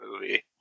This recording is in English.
movie